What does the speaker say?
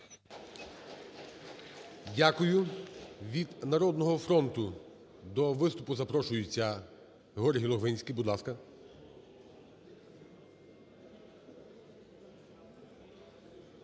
Дякую. Від "Народного фронту" до виступу запрошується Георгій Логвинський. Будь ласка.